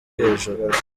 hejuru